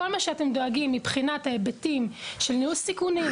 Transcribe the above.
כל מה שאתם דואגים מבחינת ההיבטים של ניהול סיכונים,